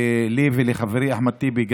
לי וגם לחברי אחמד טיבי,